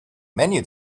menu